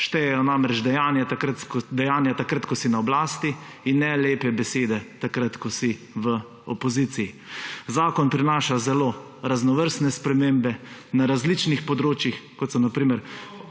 Štejejo namreč dejanja, takrat ko si na oblasti, in ne lepe besede, takrat ko si v opoziciji. Zakon prinaša zelo raznovrstne spremembe na različnih področjih, kot so na primer